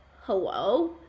hello